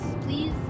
please